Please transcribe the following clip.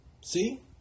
See